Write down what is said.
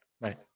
Right